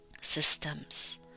systems